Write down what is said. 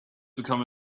become